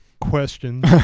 questions